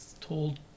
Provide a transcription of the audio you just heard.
told